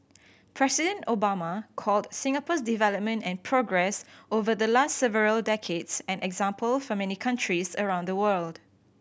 President Obama called Singapore's development and progress over the last several decades an example for many countries around the world